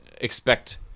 expect –